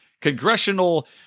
congressional